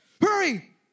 Hurry